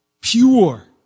pure